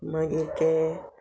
मागीर ते